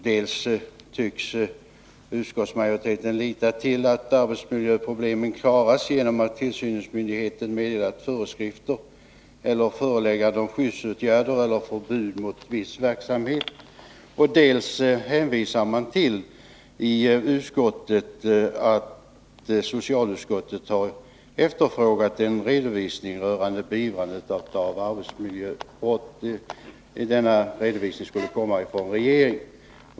Dels tycks utskottsmajoriteten lita till att arbetsmiljöproblemen klaras genom att tillsynsmyndigheten meddelar föreskrifter eller föreläggande om skyddsåtgärder eller förbud mot viss verksamhet, dels hänvisar man i betänkandet till att socialutskottet hos regeringen har efterfrågat en redovisning rörande beivrandet av arbetsmiljöbrott.